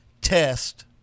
test